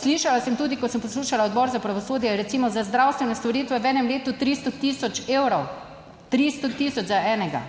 Slišala sem tudi, ko sem poslušala Odbor za pravosodje je, recimo, za zdravstvene storitve v enem letu 300 tisoč evrov, 300 tisoč za enega.